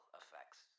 effects